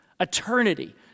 eternity